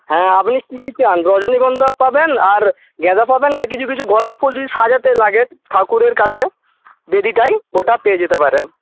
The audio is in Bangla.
হ্যাঁ আপনি কি কি চান রজনীগন্ধা পাবেন আর গাঁদা পাবেন আর কিছু কিছু গোলাপ ফুল যদি সাজাতে লাগে ঠাকুরের কাছে বেদীটায় ওটা পেয়ে যেতে পারেন